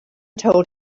told